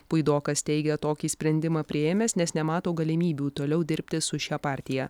puidokas teigia tokį sprendimą priėmęs nes nemato galimybių toliau dirbti su šia partija